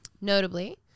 Notably